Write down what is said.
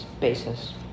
basis